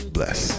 Bless